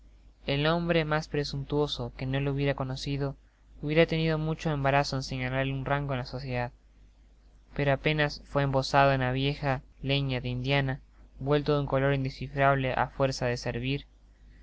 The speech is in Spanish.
el hombre mas presumtuoso que no le hubiera conocido hubiera tenido mucho embarazo en señalarle un rango en la sociedad pero apenas fué embozado en la vieja lela de indiana vuelta de un color indecifrable á fuerza de servir